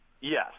Yes